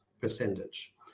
percentage